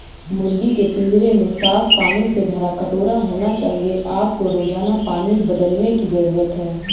मुर्गी के पिंजरे में साफ पानी से भरा कटोरा होना चाहिए आपको रोजाना पानी बदलने की जरूरत है